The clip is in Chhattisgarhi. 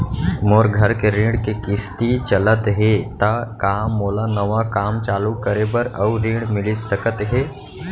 मोर घर के ऋण के किसती चलत हे ता का मोला नवा काम चालू करे बर अऊ ऋण मिलिस सकत हे?